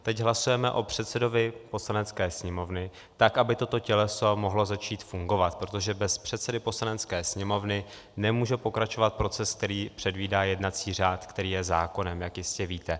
Teď hlasujeme o předsedovi Poslanecké sněmovny, tak aby toto těleso mohlo začít fungovat, protože bez předsedy Poslanecké sněmovny nemůže pokračovat proces, který předvídá jednací řád, který je zákonem, jak jistě víte.